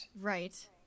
Right